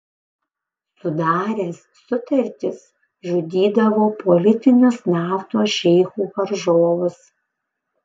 sudaręs sutartis žudydavo politinius naftos šeichų varžovus